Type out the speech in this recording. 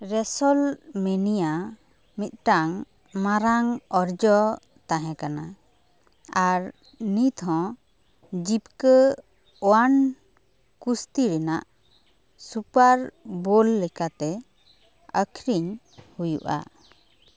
ᱨᱮᱥᱚᱞ ᱢᱤᱱᱤᱭᱟ ᱢᱤᱫᱴᱟᱝ ᱢᱟᱨᱟᱝ ᱚᱨᱡᱚ ᱛᱟᱦᱮᱸ ᱠᱟᱱᱟ ᱟᱨ ᱱᱤᱛ ᱦᱚᱸ ᱡᱤᱵᱽᱠᱟᱹ ᱳᱭᱟᱱ ᱠᱩᱥᱛᱤ ᱨᱮᱱᱟᱜ ᱥᱩᱯᱟᱨ ᱵᱳᱞ ᱞᱮᱠᱟᱛᱮ ᱟᱹᱠᱷᱨᱤᱧ ᱦᱩᱭᱩᱜᱼᱟ